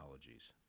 technologies